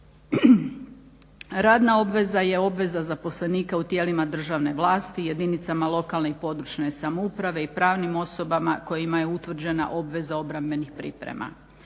Radna obveza je obveza zaposlenika u tijelima državne vlasti, jedinicama lokalne i područne samouprave i pravnim osobama kojima je utvrđena obveza obrambenih priprema.